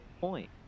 point